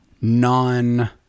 non